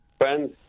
friends